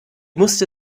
musste